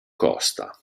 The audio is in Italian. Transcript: costa